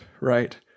right